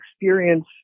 experience